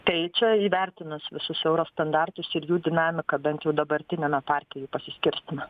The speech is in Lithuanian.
tai čia įvertinus visus euro standartus ir jų dinamiką bent jau dabartiniame parke jų pasiskirstymą